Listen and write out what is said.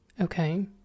Okay